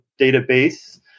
database